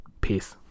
Peace